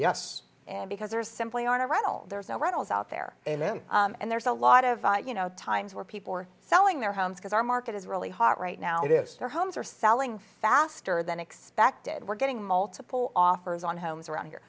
yes and because there simply aren't a rental there's no rentals out there and there's a lot of you know times where people are selling their homes because our market is really hot right now it is their homes are selling faster than expected we're getting multiple offers on homes around here